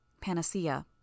Panacea